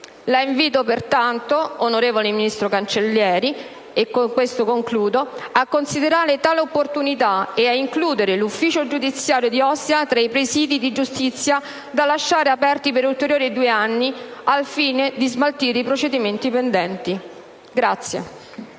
La invito pertanto, onorevole ministro Cancellieri, a considerare tale opportunità e ad includere l'ufficio giudiziario di Ostia tra i presidi di giustizia da lasciare aperti per ulteriori due anni al fine di smaltire i procedimenti pendenti.